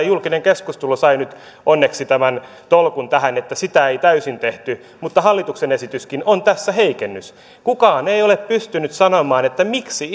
mutta julkinen keskustelu sai nyt onneksi tämän tolkun tähän että sitä ei täysin tehty mutta hallituksen esityskin on tässä heikennys kukaan ei ole pystynyt sanomaan miksi